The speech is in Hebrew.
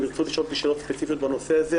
אם ירצו לשאול אותי שאלות ספציפיות בנושא הזה,